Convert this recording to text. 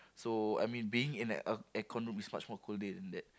so I mean being in air aircon room is much colder than that